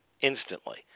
instantly